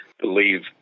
believe